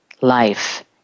life